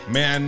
Man